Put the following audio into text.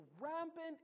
rampant